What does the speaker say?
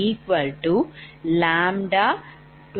591